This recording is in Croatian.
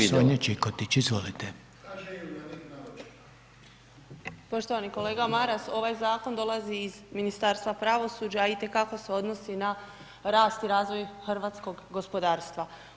Poštovani kolega Maras, ovaj zakon dolazi iz Ministarstva pravosuđa itekako se odnosi na rast i razvoj hrvatskog gospodarstva.